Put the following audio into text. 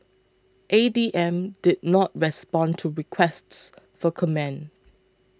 A D M did not respond to requests for comment